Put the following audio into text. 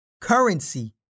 Currency